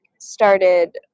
started